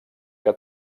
que